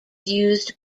used